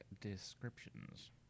descriptions